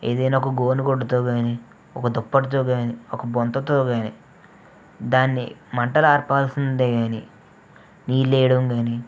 ఏదైనా ఒక గోనె గుడ్డతో గానీ ఒక దుప్పటితో గానీ ఒక బొంతతో గానీ దాన్ని మంటలార్పాల్సిందే గానీ నీళ్ళేయడం గానీ